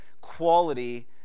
quality